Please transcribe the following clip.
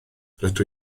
rydw